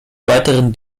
weiteren